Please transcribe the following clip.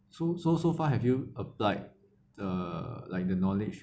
so so so far have you applied the like the knowledge